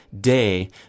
day